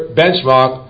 benchmark